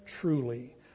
truly